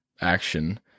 action